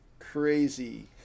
crazy